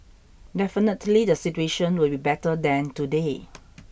definitely the situation will be better than today